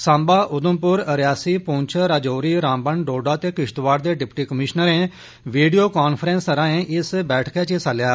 सांबा उधमप्र रियासी पृंछ रजौरी रामबन डोडा ते किष्तवाड़ दे डिप्टी कमिशनरें वीडियो कांफ्रेंस राएं इस बैठका च हिस्सा लैता